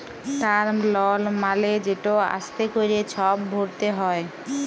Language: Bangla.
টার্ম লল মালে যেট আস্তে ক্যরে ছব ভরতে হ্যয়